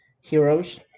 heroes